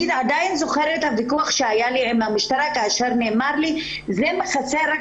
אני עדיין זוכרת את הוויכוח שהיה לי עם המשטרה כאשר נאמר לי שזה מכסה רק